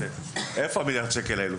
איפה מיליארד השקל האלה?